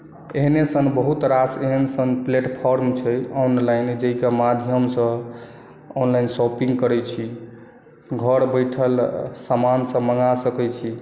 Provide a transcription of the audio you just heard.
एहने सन बहुत रास एहन सन प्लेटफॉर्म छै ऑनलाइन जाहिकेँ माध्यमसँ ऑनलाइन शॉपिंग करै छी घर बैठल समान सभ मँगा सकै छी